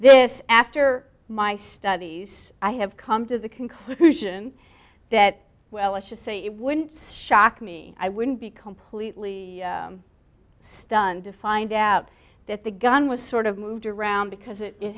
this after my studies i have come to the conclusion that well let's just say it wouldn't stock me i wouldn't be completely stunned to find out that the gun was sort of moved around because it